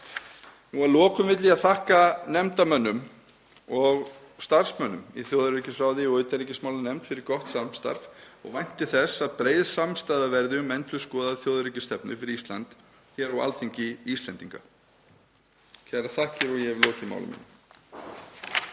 Að lokum vil ég þakka nefndarmönnum og starfsmönnum í þjóðaröryggisráði og utanríkismálanefnd fyrir gott samstarf og vænti þess að breið samstaða verði um endurskoðaða þjóðaröryggisstefnu fyrir Ísland hér á Alþingi Íslendinga. Kærar þakkir og ég hef lokið máli mínu.